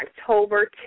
October